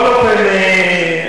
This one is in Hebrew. בכל אופן,